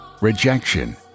rejection